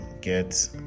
get